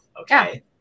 Okay